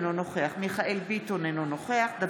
אינו נוכח מיכאל מרדכי ביטון,